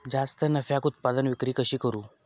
जास्त नफ्याक उत्पादन विक्री कशी करू?